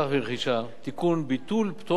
ביטול פטור ממס שבח לתושב חוץ)